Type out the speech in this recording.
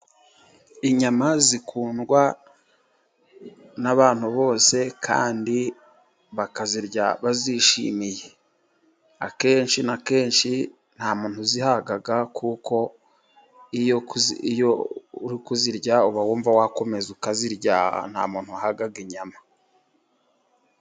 Inyama zikundwa n'abantu bose kandi bakazirya bazishimiye, akenshi na kenshi nta muntu uzihaga kuko iyo uri kuzirya uba wumva wakomeza ukazirya nta muntu uhaga inyama.